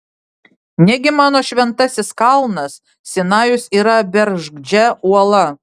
negi mano šventasis kalnas sinajus yra bergždžia uola